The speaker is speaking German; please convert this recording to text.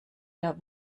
der